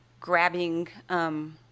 grabbing